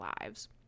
lives